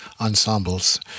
ensembles